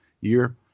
year